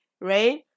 Right